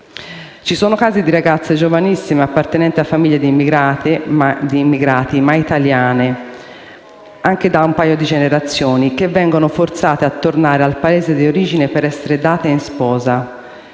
Ci sono casi di ragazze giovanissime, appartenenti a famiglie di immigrati ma italiane, anche da un paio di generazioni, forzate a tornare al Paese di origine per essere date in spose.